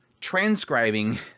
transcribing